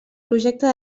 projecte